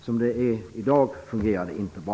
Som det är i dag fungerar det inte bra.